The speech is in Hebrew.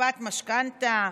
הקפאת משכנתה,